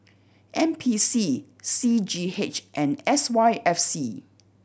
N P C C G H and S Y F C